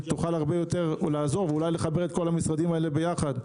תוכל הרבה יותר לעזור ואולי לחבר את כל המשרדים ביחד.